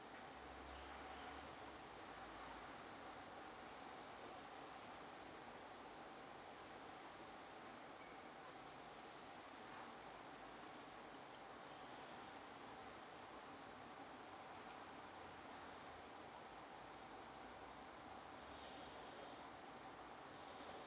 huh